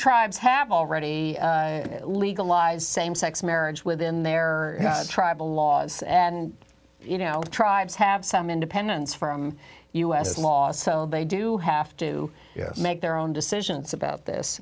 tribes have already legalized same sex marriage within their tribal laws and you know the tribes have some independence from u s law so they do have to make their own decisions about this